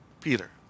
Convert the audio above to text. Peter